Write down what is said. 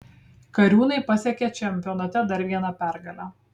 kariūnai pasiekė čempionate dar vieną pergalę